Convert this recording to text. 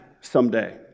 someday